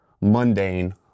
mundane